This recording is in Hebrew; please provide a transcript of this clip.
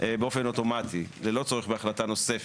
באופן אוטומטי, ללא צורך בהחלטה נוספת.